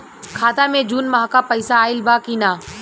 खाता मे जून माह क पैसा आईल बा की ना?